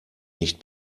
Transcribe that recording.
nicht